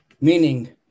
Meaning